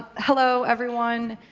hello, everyone.